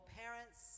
parents